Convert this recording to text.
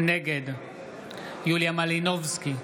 נגד יוליה מלינובסקי,